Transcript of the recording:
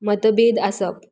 मतभेद आसप